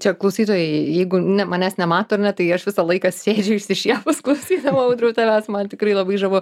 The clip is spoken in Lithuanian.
čia klausytojai jeigu ne manęs nemato ar ne tai aš visą laiką sėdžiu išsišiepus klausydama audriau tavęs man tikrai labai žavu